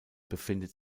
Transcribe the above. befindet